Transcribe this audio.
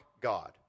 God